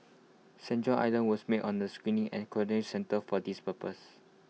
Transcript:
saint John's island was made on A screening and quarantine centre for this purpose